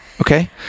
Okay